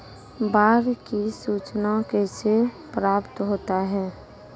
बाढ की सुचना कैसे प्राप्त होता हैं?